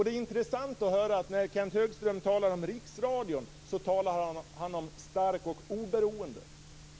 Det är intressant att höra att när Kenth Högström talar om riksradion så talar han om stark och oberoende.